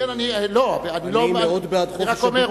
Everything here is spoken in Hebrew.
אני מאוד בעד חופש הביטוי, אני רק אומר.